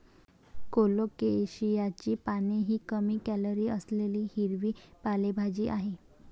कोलोकेशियाची पाने ही कमी कॅलरी असलेली हिरवी पालेभाजी आहे